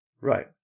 Right